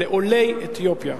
"לעולי אתיופיה".